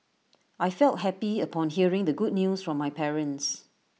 I felt happy upon hearing the good news from my parents